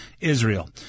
Israel